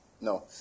No